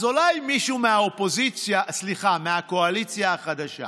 אז אולי מישהו מהקואליציה החדשה